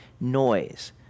noise